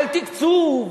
של תקצוב,